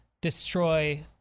destroy